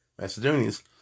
Macedonians